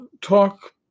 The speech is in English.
talk